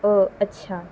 او اچھا